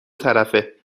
طرفه